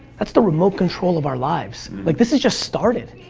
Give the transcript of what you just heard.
that's the remote control of our lives. like, this has just started.